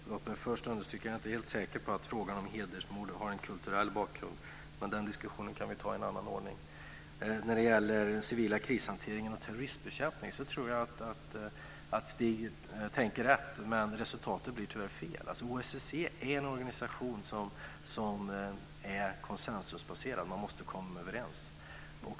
Fru talman! Låt mig först understryka att jag inte är helt säker på att frågan om hedersmord har en kulturell bakgrund. Men den diskussionen kan vi ta i en annan ordning. När det gäller den civila krishanteringen och terrorismbekämpningen tror jag att Stig Sandström tänker rätt. Men resultatet blir tyvärr fel. OSSE är en konsensusbaserad organisation. Man måste komma överens.